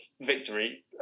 victory